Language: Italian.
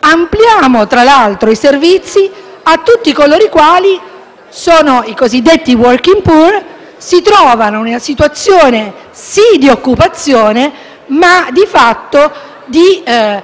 Ampliamo, tra l'altro, i servizi a tutti coloro i quali - i cosiddetti *working poor* - si trovano in una situazione di occupazione, ma in un